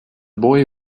boy